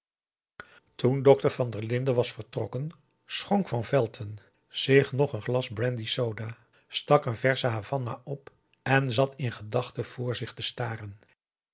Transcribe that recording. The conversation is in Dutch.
toen dokter van der linden was vertrokken schonk van velton zich nog een glas brandy soda stak een versche havanna op en zat in gedachten voor zich te staren